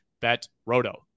BETROTO